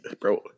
bro